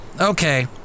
Okay